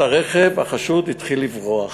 החשוד התחיל לברוח,